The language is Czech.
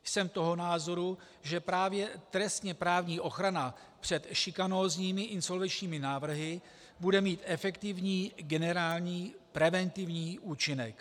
Jsem toho názoru, že právě trestněprávní ochrana před šikanózními insolvenčními návrhy bude mít efektivní generální preventivní účinek.